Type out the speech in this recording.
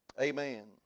Amen